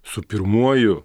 su pirmuoju